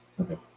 okay